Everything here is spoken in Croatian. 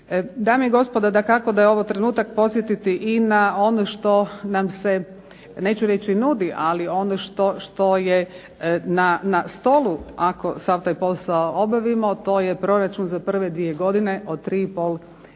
Dame i gospodo, dakako da je ovo trenutak podsjetiti i na ono što nam se, neću reći nudi, ali ono što je na stolu, ako sav taj posao obavimo, to je proračun za prve dvije godine od 3 i